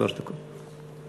שלוש דקות.